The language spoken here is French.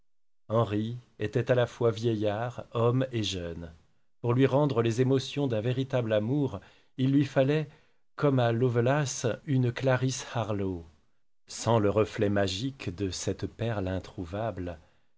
henri était à la fois vieillard homme et jeune pour lui rendre les émotions d'un véritable amour il lui fallait comme à lovelace une clarisse harlowe sans le reflet magique de cette perle introuvable